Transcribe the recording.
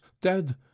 dead